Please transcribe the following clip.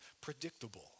predictable